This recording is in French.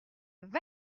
vingt